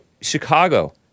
Chicago